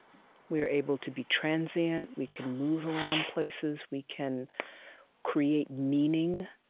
we are able to be transient. we can move around places. we can create meaning